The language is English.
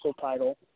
title